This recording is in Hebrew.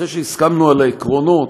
אחרי שהסכמנו על העקרונות,